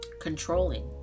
controlling